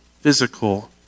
physical